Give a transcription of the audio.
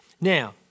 Now